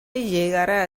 llegará